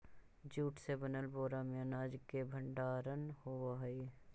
jute से बनल बोरा में अनाज के भण्डारण होवऽ हइ